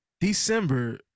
december